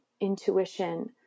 intuition